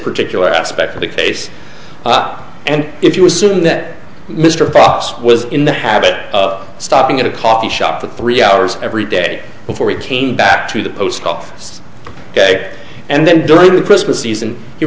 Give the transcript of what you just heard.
particular aspect of the case up and if you assume that mr fox was in the habit of stopping at a coffee shop for three hours every day before he came back to the post office ok and then during the christmas season you